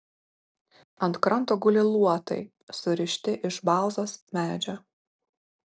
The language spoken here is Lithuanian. ant kranto guli luotai surišti iš balzos medžio